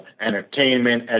entertainment